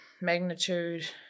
magnitude